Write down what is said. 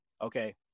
okay